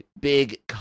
big